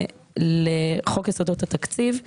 אדם" ובטור שכותרתו "משרות עב"צ (עבודה בלתי צמיתה)".